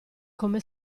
come